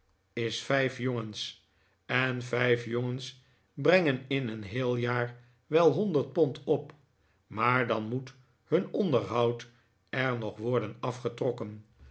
is een flesch vijf jongens en vijf jongens brengen in een heel jaar wel honderd pond op maar dan moet hun onderhoud er nog worden afgetrokken